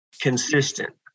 consistent